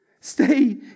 Stay